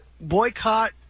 boycott